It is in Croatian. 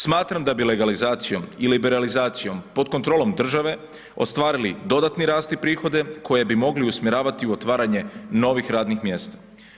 Smatram da bi legalizacijom i liberalizacijom po kontrolom države ostvarili dodatni rast i prihode koje bi mogli usmjeravati u otvaranje novih radnih mjesta.